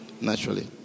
naturally